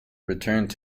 returned